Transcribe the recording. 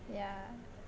ya